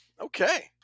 Okay